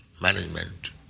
management